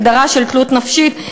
הגדרה של תלות נפשית,